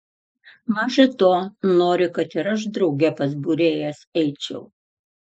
maža to nori kad ir aš drauge pas būrėjas eičiau